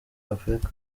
africa